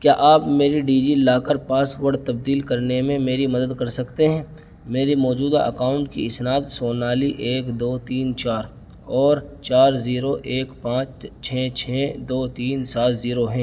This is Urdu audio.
کیا آپ میری ڈیجیلاکر پاس ورڈ تبدیل کرنے میں میری مدد کر سکتے ہیں میرے موجودہ اکاؤنٹ کی اسناد سونالی ایک دو تین چار اور چار زیرو ایک پانچ چھ چھ دو تین سات زیرو ہیں